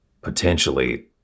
potentially